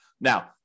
Now